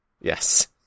Yes